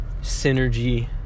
Synergy